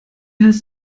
heißt